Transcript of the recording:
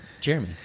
Jeremy